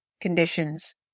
conditions